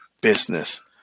business